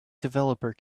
developer